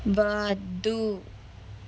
వద్దు